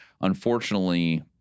Unfortunately